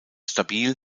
stabil